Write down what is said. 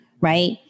Right